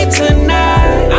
tonight